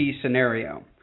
scenario